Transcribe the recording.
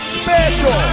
special